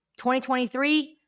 2023